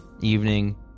evening